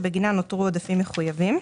שבגינן נותרו עודפים מחויבים.